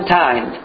time